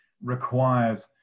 requires